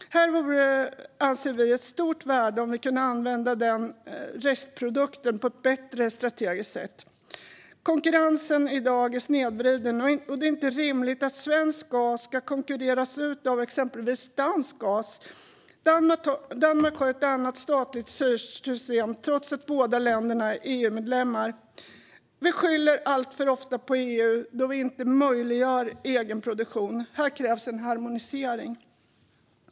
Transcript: Det vore, anser vi, av stort värde om vi kunde använda denna restprodukt på ett strategiskt bättre sätt. Konkurrensen är i dag snedvriden. Det är inte rimligt att svensk gas ska konkurreras ut av exempelvis dansk gas. Danmark har ett annat statligt styrsystem trots att båda länderna är EU-medlemmar. Vi skyller alltför ofta på EU då vi inte möjliggör egen produktion. Här krävs en harmonisering.